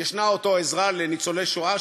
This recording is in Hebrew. יש אותה עזרה לניצולי שואה,